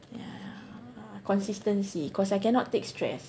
yeah consistency cause I cannot take stress